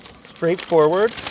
straightforward